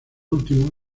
último